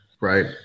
right